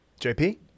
JP